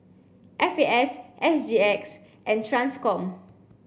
F A S S G X and TRANSCOM